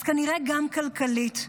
אז כנראה גם כלכלית.